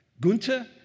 Gunther